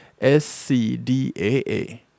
SCDAA